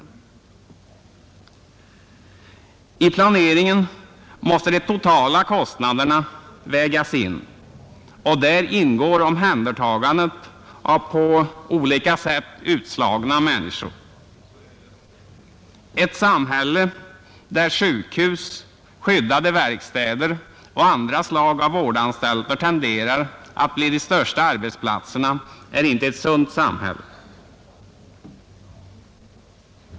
Vid planeringen måste de totala kostnaderna beaktas. Där ingår omhändertagandet av på olika sätt utslagna människor. Ett samhälle där sjukhus och skyddade verkstäder och andra slag av vårdanstalter tenderar att bli de största arbetsplatserna är inte ett sunt samhälle.